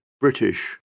British